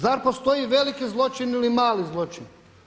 Zar postoji veliki zločin ili mali zločin?